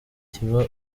kiba